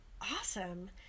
awesome